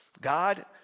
God